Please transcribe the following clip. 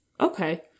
Okay